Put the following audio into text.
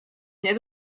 nie